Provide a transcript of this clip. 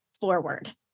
forward